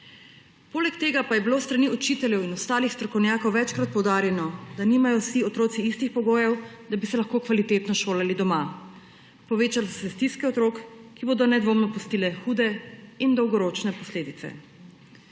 tega pa je bilo s strani učiteljev in ostalih strokovnjakov večkrat poudarjeno, da nimajo vsi otroci istih pogojev, da bi se lahko kvalitetno šolali doma. Povečale so se stiske otrok, ki bodo nedvomno pustile hude in dolgoročne posledice. Zato